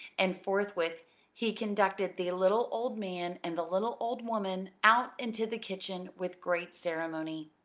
and forthwith he conducted the little old man and the little old woman out into the kitchen with great ceremony.